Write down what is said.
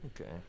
Okay